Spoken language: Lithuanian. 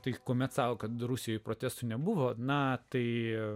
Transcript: taip kuomet sau kad rusijoje protestų nebuvo na tai